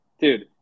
Dude